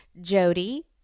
Jody